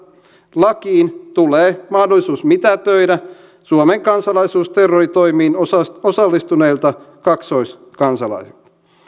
lakiin tulee mahdollisuus mitätöidä suomen kansalaisuus terroritoimiin osallistuneilta kaksoiskansalaisilta